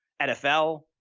nfl,